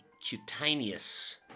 cutaneous